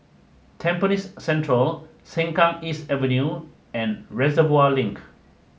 Tampines Central Sengkang East Avenue and Reservoir Link